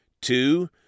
Two